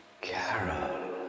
Carol